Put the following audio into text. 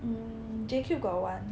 mm J-cube got one